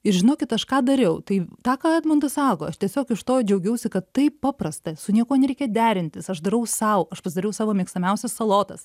ir žinokit aš ką dariau tai tą ką edmundas sako aš tiesiog iš to džiaugiausi kad taip paprasta su niekuo nereikia derintis aš darau sau aš pasidariau savo mėgstamiausias salotas